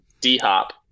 D-Hop